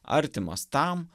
artimas tam